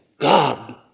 God